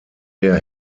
der